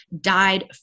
died